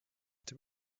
dem